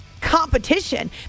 competition